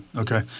ok.